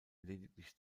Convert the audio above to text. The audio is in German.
lediglich